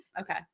Okay